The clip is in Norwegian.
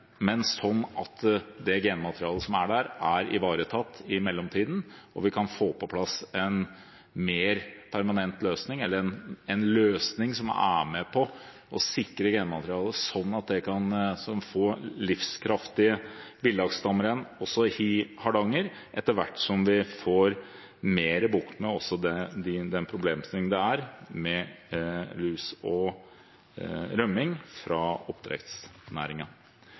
at det genmaterialet som er der, blir ivaretatt i mellomtiden, og at vi kan få på plass en løsning som er med på å sikre genmaterialet, slik at man vil få livskraftige villaksstammer igjen også i Hardanger, etter hvert som vi får mer bukt med den problemstillingen som er med lus og med rømning fra